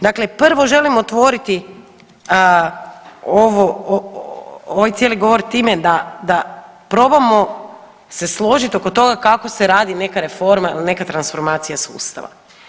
Dakle, prvo želim otvoriti ovaj cijeli govor time da, da probamo se složit oko toga kako se radi neka reforma ili neka transformacija sustava.